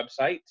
website